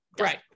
Right